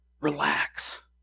relax